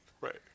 Right